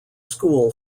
school